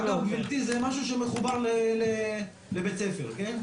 אגב, גברתי, זה משהו שמחובר לבית ספר, כן?